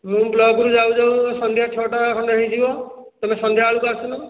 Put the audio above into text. ମୁଁ ବ୍ଲକରୁ ଯାଉ ଯାଉ ସନ୍ଧ୍ୟା ଛଅ ଟା ଖଣ୍ଡେ ହୋଇଯିବ ତମେ ସନ୍ଧ୍ୟା ବେଳକୁ ଆସୁନ